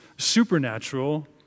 supernatural